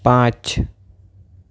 પાંચ